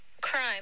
crime